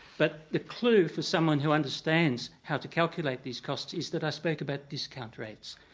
but the clue for someone who understands how to calculate these costs is that i spoke about discount rates.